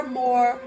more